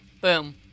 Boom